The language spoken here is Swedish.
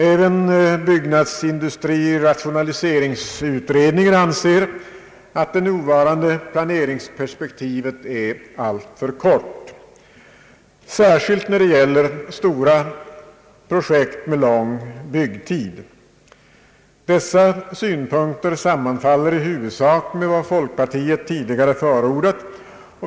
Även =: byggnadsindustrialiseringsutredningen anser att det nuvarande planeringsperspektivet är alltför kort, särskilt när det gäller stora projekt med lång byggtid. Dessa synpunkter sammanfaller i huvudsak med vad folkpartiet tidigare förordat.